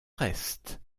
reste